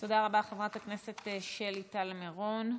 תודה רבה, חברת הכנסת שלי טל מירון.